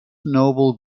noble